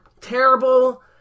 terrible